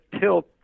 tilt